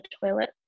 toilet